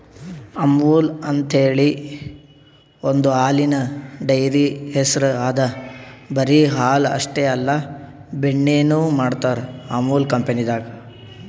ಅಮುಲ್ ಅಂಥೇಳಿ ಒಂದ್ ಹಾಲಿನ್ ಡೈರಿ ಹೆಸ್ರ್ ಅದಾ ಬರಿ ಹಾಲ್ ಅಷ್ಟೇ ಅಲ್ಲ ಬೆಣ್ಣಿನು ಮಾಡ್ತರ್ ಅಮುಲ್ ಕಂಪನಿದಾಗ್